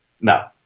No